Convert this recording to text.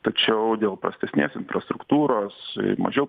tačiau dėl prastesnės infrastruktūros mažiau